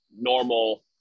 normal